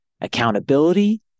accountability